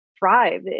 thrive